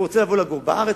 הוא רוצה לבוא לגור בארץ,